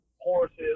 horses